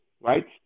right